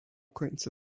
końca